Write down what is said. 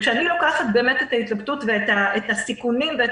כשאני לוקחת את ההתלבטות ואת הסיכונים ואת